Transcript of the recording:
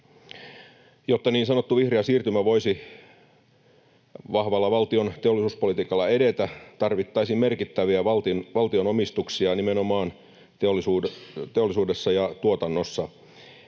Jotta niin sanottu vihreä siirtymä voisi vahvalla valtion teollisuuspolitiikalla edetä, tarvittaisiin merkittäviä valtion omistuksia nimenomaan teollisuudessa ja tuotannossa.